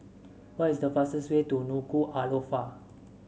what is the fastest way to Nuku'alofa